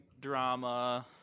drama